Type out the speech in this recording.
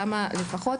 למה לפחות?